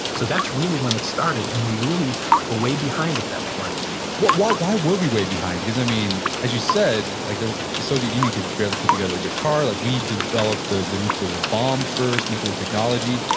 so that's really when it started. and we really were way behind at that point why why were we way behind? because i mean, as you said, like the the soviet union could barely put together a good car. like we developed the nuclear bomb first, nuclear technology.